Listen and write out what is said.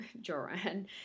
Joran